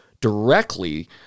directly